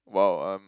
!wow! um